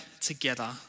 together